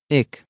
ik